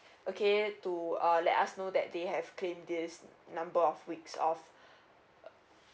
okay to uh let us know that they have cleaned this number of weeks off